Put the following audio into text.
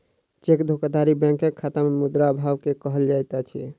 cheque धोखाधड़ी बैंकक खाता में मुद्रा अभाव के कहल जाइत अछि